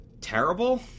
terrible